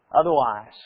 Otherwise